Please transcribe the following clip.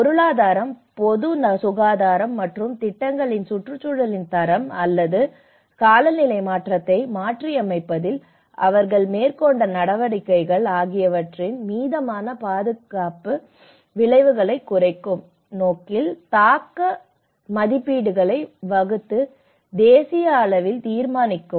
பொருளாதாரம் பொது சுகாதாரம் மற்றும் திட்டங்களின் சுற்றுச்சூழலின் தரம் அல்லது காலநிலை மாற்றத்தை மாற்றியமைப்பதில் அவர்கள் மேற்கொண்ட நடவடிக்கைகள் ஆகியவற்றின் மீதான பாதகமான விளைவுகளை குறைக்கும் நோக்கில் தாக்க மதிப்பீடுகளை வகுத்து தேசிய அளவில் தீர்மானிக்கவும்